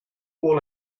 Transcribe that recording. all